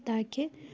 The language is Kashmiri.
تاکہِ